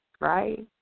right